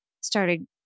started